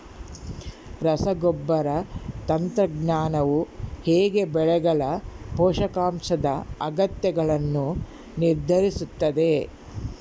ರಸಗೊಬ್ಬರ ತಂತ್ರಜ್ಞಾನವು ಹೇಗೆ ಬೆಳೆಗಳ ಪೋಷಕಾಂಶದ ಅಗತ್ಯಗಳನ್ನು ನಿರ್ಧರಿಸುತ್ತದೆ?